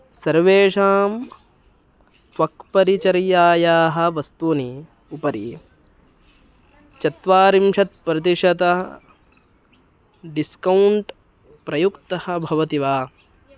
सर्वेषां त्वक्परिचर्यायाः वस्तूनाम् उपरि चत्वारिंशत् प्रतिशतः डिस्कौण्ट् प्रयुक्तः भवति वा